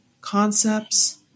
concepts